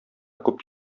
күп